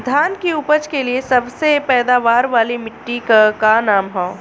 धान की उपज के लिए सबसे पैदावार वाली मिट्टी क का नाम ह?